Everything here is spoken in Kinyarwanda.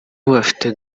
bafite